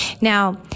Now